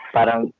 parang